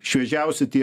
šviežiausi tie